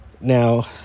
Now